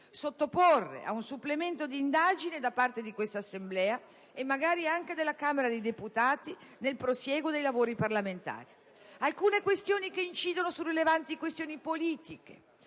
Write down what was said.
sottoporre ad un supplemento di indagine da parte di questa Assemblea, e magari anche della Camera dei deputati nel prosieguo dei lavori parlamentari. Alcune questioni che incidono su rilevanti aspetti politici,